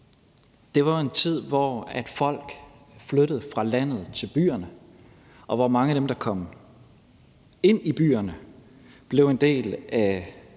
Det var en tid, hvor folk flyttede fra landet til byerne, og hvor mange af dem, der kom ind i byerne, blev en del af